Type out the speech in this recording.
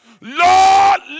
Lord